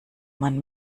man